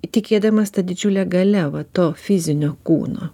įtikėdamos ta didžiulė galia va to fizinio kūno